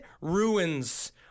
ruins